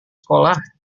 sekolah